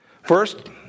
First